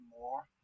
more